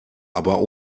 aber